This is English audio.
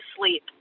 sleep